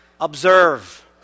observe